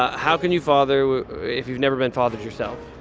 how can you father if you've never been fathered yourself?